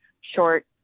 short